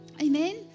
Amen